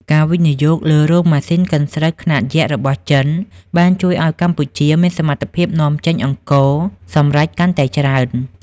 ការវិនិយោគលើរោងម៉ាស៊ីនកិនស្រូវខ្នាតយក្សរបស់ចិន បានជួយឱ្យកម្ពុជាមានសមត្ថភាពនាំចេញអង្ករសម្រេចកាន់តែច្រើន។